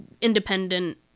independent